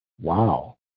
Wow